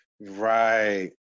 Right